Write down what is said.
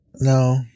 No